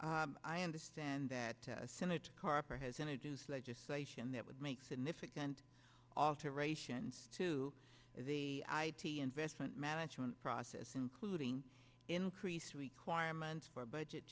t i understand that senator carper has introduced legislation that would make significant alterations to the investment management process including increased requirements for budget